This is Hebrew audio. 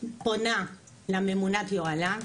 פונה לממונת יוהל”ם,